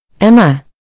Emma